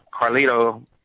Carlito